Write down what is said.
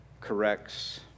corrects